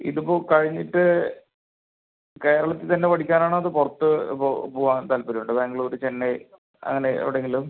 ഇത് ഇപ്പോൾ കഴിഞ്ഞിട്ട് കേരളത്തിൽ തന്നെ പഠിക്കാൻ ആണോ അതോ പുറത്ത് പോകാൻ താൽപ്പര്യം ഉണ്ടോ ബാംഗ്ലൂര് ചെന്നൈ അങ്ങനെ എവിടെ എങ്കിലും